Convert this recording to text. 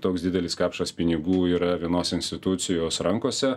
toks didelis kapšas pinigų yra vienos institucijos rankose